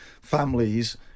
families